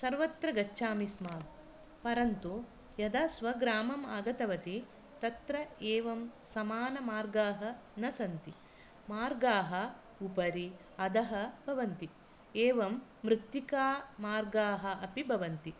सर्वत्र गच्छामि स्म परन्तु यदा स्वग्रामम् आगतवती तत्र एवं समानमार्गाः न सन्ति मार्गाः उपरि अधः भवन्ति एवं मृत्तिकामार्गाः अपि भवन्ति